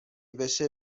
بشه